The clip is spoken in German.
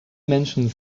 menschen